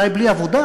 אולי בלי עבודה,